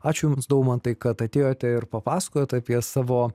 ačiū jums daumantai kad atėjote ir papasakojot apie savo